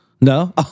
No